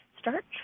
start